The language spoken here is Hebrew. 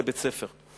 לבית-הספר.